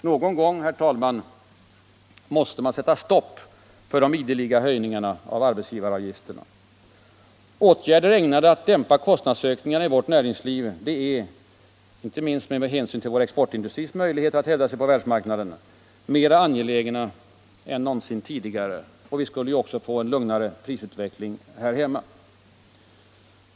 Någon gång, herr talman, måste man sätta stopp för de ideliga höjningarna av arbetsgivaravgifterna. Åtgärder ägnade att dämpa kostnadsökningarna i vårt näringsliv är — inte minst med hänsyn till vår exportindustris möjligheter att hävda sig på världsmarknaden — mer angelägna än någonsin tidigare. Vi skulle därmed få en lugnare prisutveckling här hemma.